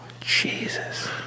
Jesus